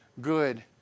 good